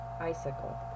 Icicle